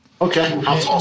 Okay